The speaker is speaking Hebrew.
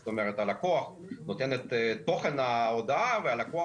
זאת אומרת הלקוח נותן את תוכן ההודעה והלקוח